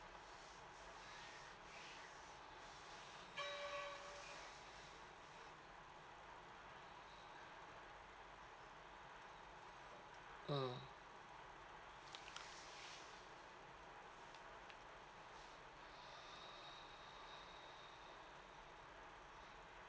mm